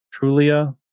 Trulia